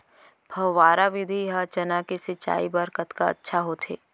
फव्वारा विधि ह चना के सिंचाई बर कतका अच्छा होथे?